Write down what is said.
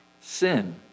sin